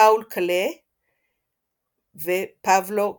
פאול קלה ופבלו פיקאסו.